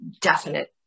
definite